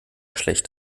schlecht